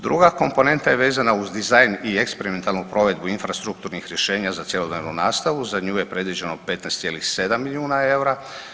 Druga komponenta je vezana uz dizajn i eksperimentalnu provedbu infrastrukturnih rješenja za cjelodnevnu nastavu, za nju je predviđeno 15,7 milijuna eura.